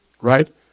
Right